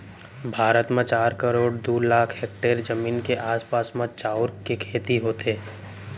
भारत म चार करोड़ दू लाख हेक्टेयर जमीन के आसपास म चाँउर के खेती होथे